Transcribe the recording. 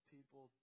People